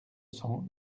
cent